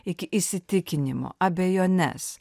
iki įsitikinimo abejones